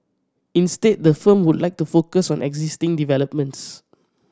instead the firm would like to focus on existing developments